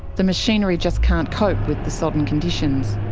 the machinery just can't cope with the sodden conditions.